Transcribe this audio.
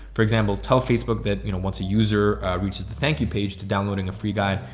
for example, tell facebook that you know once a user reaches the thank you page to downloading a free guide,